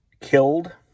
killed